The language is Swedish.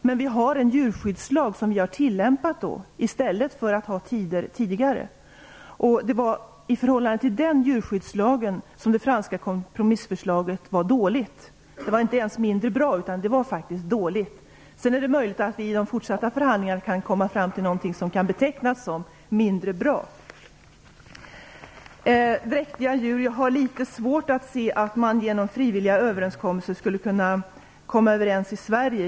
Men vi har en djurskyddslag som vi har tillämpat i stället för regler om tider. Det var i förhållande till den djurskyddslagen som det franska kompromissförslaget var dåligt. Det var inte ens mindre bra, utan det var faktiskt dåligt. Det är möjligt att vi i de fortsatta förhandlingarna kan komma fram till någonting som kan betecknas som "mindre bra". När det gäller frågan om transport av dräktiga djur har jag litet svårt att se att man genom frivilliga överenskommelser skulle kunna komma överens i Sverige.